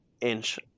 inch